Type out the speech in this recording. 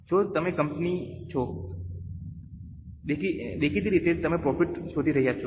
જો તમે કંપની છો દેખીતી રીતે તમે પ્રોફિટ શોધી રહ્યા છો